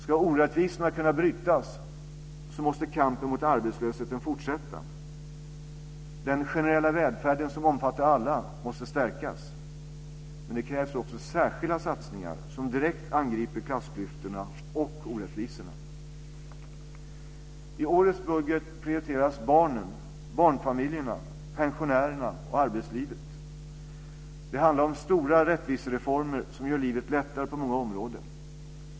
Ska orättvisorna kunna brytas måste kampen mot arbetslösheten fortsätta. Den generella välfärden, som omfattar alla, måste stärkas. Men det krävs också särskilda satsningar som direkt angriper klassklyftorna och orättvisorna. I årets budget prioriteras barnen, barnfamiljerna, pensionärerna och arbetslivet. Det handlar om stora rättvisereformer som gör livet lättare på många områden.